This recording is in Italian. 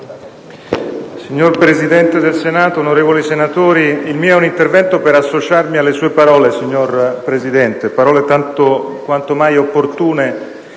Signor Presidente del Senato, onorevoli senatori, intervengo per associarmi alle sue parole, signor Presidente; parole quanto mai opportune